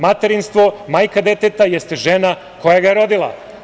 Materinstvo – majka deteta jeste žena koja ga je rodila.